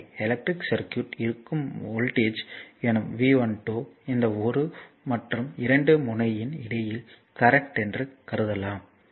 எனவே electric circuit இருக்கும் voltage என்னும் V12 இந்த இரு 1 மற்றும் 2 முனையின் இடையில் கரண்ட் என்று கருதலாம்